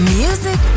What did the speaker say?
music